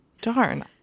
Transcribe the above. Darn